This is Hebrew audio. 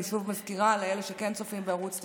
אני שוב מזכירה לאלה שכן צופים בערוץ 99,